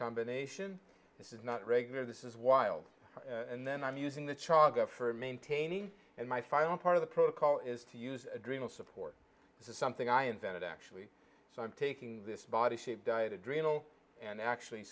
combination this is not regular this is wild and then i'm using the chalk up for maintaining and my final part of the protocol is to use adrenal support this is something i invented actually so i'm taking this body shape diet adrenal and actually